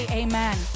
amen